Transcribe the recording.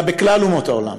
אלא בכלל אומות העולם.